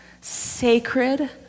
sacred